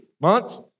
months